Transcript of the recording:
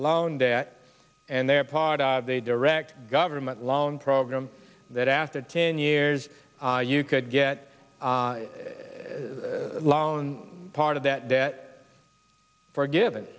loan debt and they're part of a direct government loan program that after ten years you could get a loan part of that debt forgiven